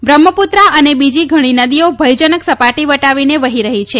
બ્રહ્મપુત્રા અને બીજી ઘણી નદીઓ ભયજનક સપાટી વટાવીને વહી રહી છે